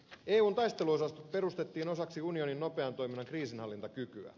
eun taisteluosastot perustettiin osaksi unionin nopean toiminnan kriisinhallintakykyä